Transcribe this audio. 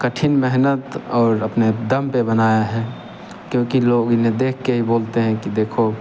कठिन मेहनत और अपने दम पे बनाया है क्योंकि लोग इन्हें देख के ही बोलते हैं कि देखो